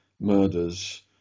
Murders